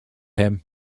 him